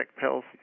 pills